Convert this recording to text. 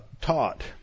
taught